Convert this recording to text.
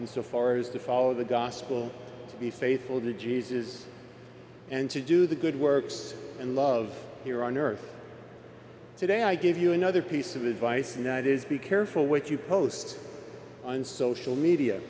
and so far as to follow the gospel to be faithful to jesus and to do the good works and love here on earth today i give you another piece of advice night is be careful what you post on social media